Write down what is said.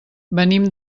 venim